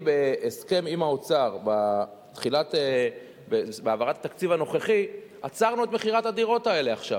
בהסכם עם האוצר בהעברת התקציב הנוכחי עצרנו את מכירת הדירות האלה עכשיו,